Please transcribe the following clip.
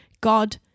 God